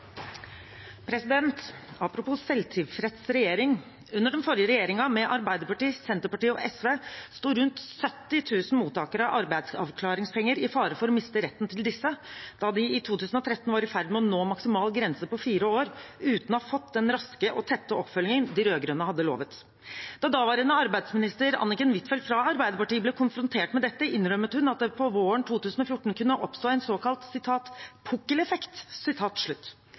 siden. Apropos selvtilfreds regjering: Under den forrige regjeringen med Arbeiderpartiet, Senterpartiet og SV sto rundt 70 000 mottakere av arbeidsavklaringspenger i fare for å miste retten til disse da de i 2013 var i ferd med å nå maksimal grense på fire år uten å ha fått den raske og tette oppfølgingen som de rød-grønne hadde lovet. Da daværende arbeidsminister, Anniken Huitfeldt fra Arbeiderpartiet, ble konfrontert med dette, innrømmet hun at det på våren 2014 kunne oppstå en såkalt pukkeleffekt.